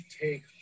take